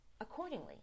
accordingly